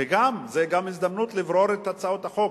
וגם, זו הזדמנות לברור את הצעות החוק.